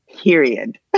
period